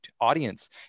audience